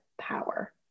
power